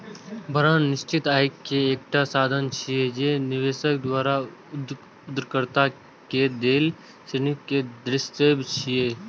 bond निश्चित आय के एकटा साधन छियै, जे निवेशक द्वारा उधारकर्ता कें देल ऋण कें दर्शाबै छै